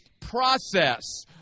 process